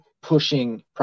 pushing